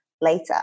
later